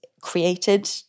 created